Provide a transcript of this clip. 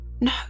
No